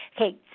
okay